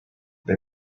they